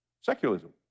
secularism